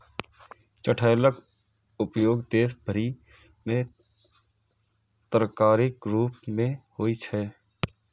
चठैलक उपयोग देश भरि मे तरकारीक रूप मे होइ छै